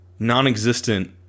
non-existent